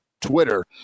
Twitter